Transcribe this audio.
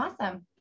Awesome